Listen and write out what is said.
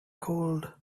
cold